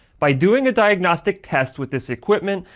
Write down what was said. by doing a diagnostic test with this equipment,